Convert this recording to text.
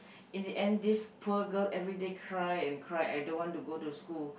in the end this poor girl everyday cry and cry I don't want to go to school